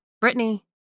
Brittany